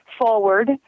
forward